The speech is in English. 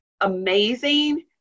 amazing